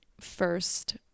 first